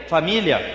Família